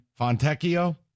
Fontecchio